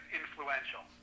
influential